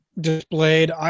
displayed